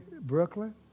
Brooklyn